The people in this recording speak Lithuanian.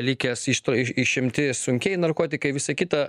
likęs ištoj iš išimti sunkieji narkotikai visa kita